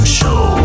Show